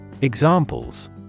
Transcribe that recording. Examples